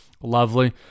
lovely